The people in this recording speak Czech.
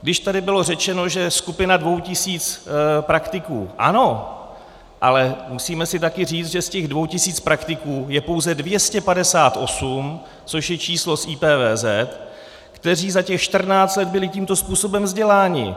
Když tady bylo řečeno, že je skupina dvou tisíc praktiků ano, ale musíme si taky říct, že z těchto dvou tisíc praktiků je pouze 258, což je číslo z IPVZ, kteří za těch čtrnáct let byli tímto způsobem vzděláni.